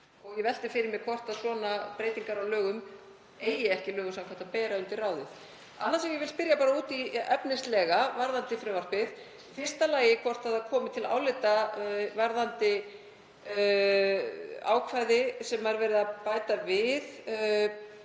Ég velti fyrir mér hvort svona breytingar á lögum eigi ekki lögum samkvæmt að bera undir ráðið. Annað sem ég vil spyrja út í efnislega varðandi frumvarpið er í fyrsta lagi hvort það komi til álita varðandi ákvæði sem verið er að bæta við,